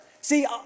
See